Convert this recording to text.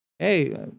Hey